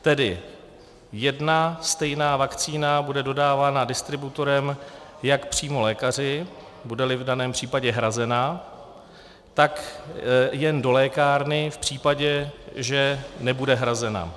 Tedy jedna stejná vakcína bude dodávána distributorem jak přímo lékaři, budeli v daném případě hrazena, tak jen do lékárny v případě, že nebude hrazena.